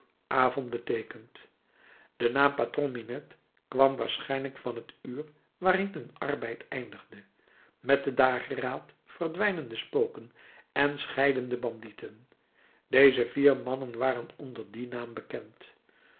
avond beteekent de naam patron minette kwam waarschijnlijk van het uur waarin hun arbeid eindigde met den dageraad verdwijnen de spoken en scheiden de bandieten deze vier mannen waren onder dien naam bekend